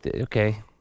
Okay